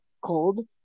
cold